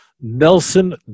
Nelson